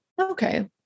Okay